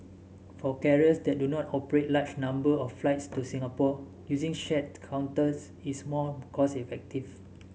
for carriers that do not operate large number of flights to Singapore using shared counters is more cost effective